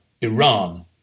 Iran